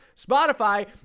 Spotify